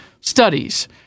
studies